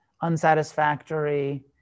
unsatisfactory